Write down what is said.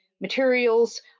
materials